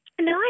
no